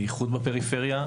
בייחוד בפריפריה.